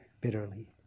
bitterly